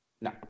No